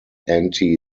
anti